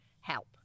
Help